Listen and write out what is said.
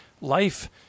Life